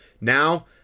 Now